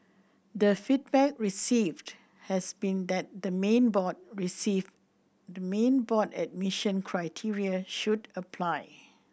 the feedback received has been that the main board receive the main board admission criteria should apply